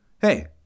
Hey